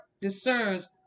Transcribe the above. discerns